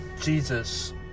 Jesus